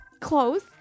close